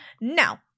Now